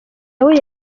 nawe